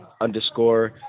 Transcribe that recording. underscore